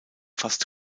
fast